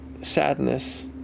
sadness